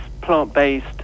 plant-based